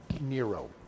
Nero